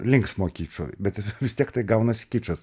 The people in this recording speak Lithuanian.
linksmo kičo bet vis tiek tai gaunasi kičas